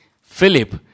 Philip